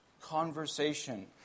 conversation